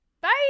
Bye